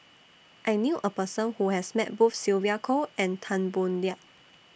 I knew A Person Who has Met Both Sylvia Kho and Tan Boo Liat